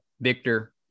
Victor